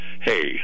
Hey